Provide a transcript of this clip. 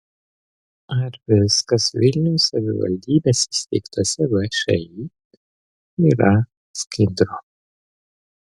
ar viskas vilniaus savivaldybės įsteigtose všį yra skaidru